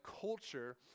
culture